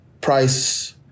price